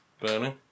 burning